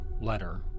letter